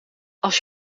als